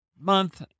month